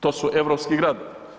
To su europski gradovi.